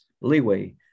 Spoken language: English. Leeway